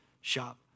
shop